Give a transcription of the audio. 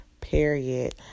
Period